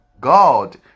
God